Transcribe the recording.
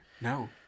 No